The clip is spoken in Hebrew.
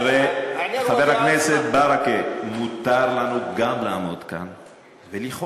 חבר הכנסת ברכה, מותר לנו גם לעמוד כאן ולכעוס.